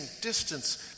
distance